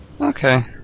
Okay